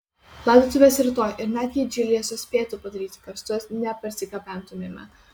laidotuvės rytoj ir net jei džilyje suspėtų padaryti karstus neparsigabentumėme